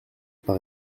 par